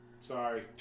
Sorry